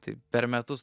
tai per metus